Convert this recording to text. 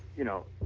you know,